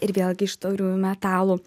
ir vėlgi iš tauriųjų metalų